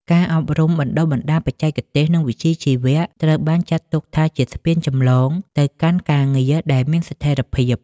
ការអប់រំបណ្ដុះបណ្ដាលបច្ចេកទេស និងវិជ្ជាជីវៈ ត្រូវបានចាត់ទុកថាជាស្ពានចម្លងទៅកាន់ការងារដែលមានស្ថិរភាព។